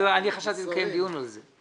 חשבתי לקיים דיון על זה.